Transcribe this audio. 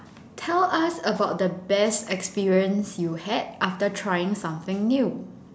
tell us about the best experience you had after trying something new